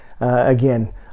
again